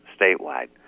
statewide